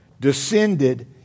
descended